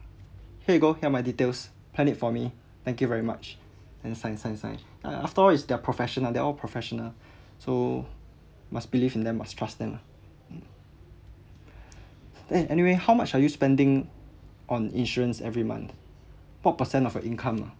here you go here my details plan it for me thank you very much and sign sign sign I mean after all is their professional they're all professional so must believe in them ah must trust them ah mm then anyway how much are you spending on insurance every month put percent of your income lah